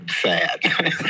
sad